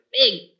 big